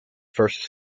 first